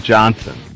Johnson